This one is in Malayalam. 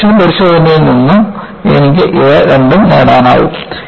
ഒരു ടെൻഷൻ പരിശോധനയിൽ നിന്ന് എനിക്ക് ഇവ രണ്ടും നേടാനാകും